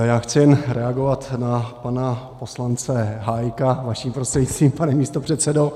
Já chci jen reagovat na pana poslance Hájka vaším prostřednictvím, pane místopředsedo.